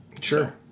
Sure